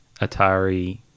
Atari